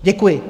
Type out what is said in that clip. Děkuji.